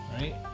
Right